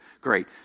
Great